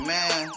Man